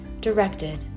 directed